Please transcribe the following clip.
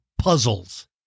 puzzles